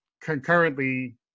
concurrently